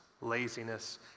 laziness